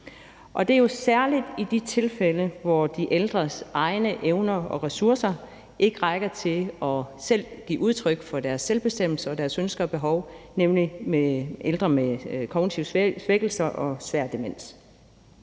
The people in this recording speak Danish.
Det er jo særlig i de tilfælde, hvor de ældres egne evner og ressourcer ikke rækker til, at de selv kan give udtryk for deres selvbestemmelse og deres ønsker og behov, nemlig hvor det er ældre med kognitive svækkelser og svær demens.